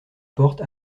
porte